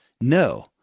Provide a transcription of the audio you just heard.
no